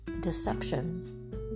deception